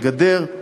הגדר.